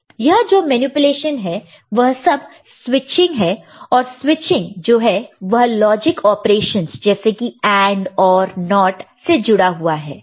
यह जो मैनिपुलेशन है वह सब स्विचिंग है और स्विचिंग जो है वह लॉजिक ऑपरेशनस जैसे कि AND OR NOT से जुड़ा हुआ है